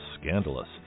scandalous